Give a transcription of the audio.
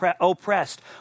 oppressed